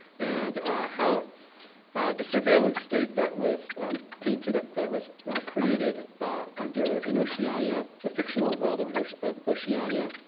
and how the surveillance state that was painted, that was created under, in oceania, the fictional world of of oceania,